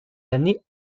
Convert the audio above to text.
années